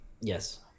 yes